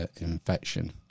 infection